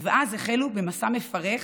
ואז החלו במסע מפרך